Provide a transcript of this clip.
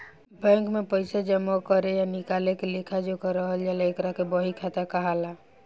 bank में पइसा जामा करे आ निकाले के लेखा जोखा रखल जाला एकरा के बही खाता कहाला